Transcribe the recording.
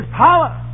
power